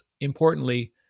importantly